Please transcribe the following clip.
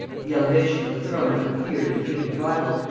the elevation to the throne of her feared and hated rival,